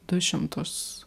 du šimtus